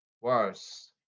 Worse